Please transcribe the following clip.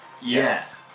Yes